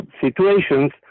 situations